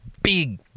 Big